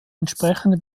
entsprechenden